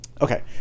Okay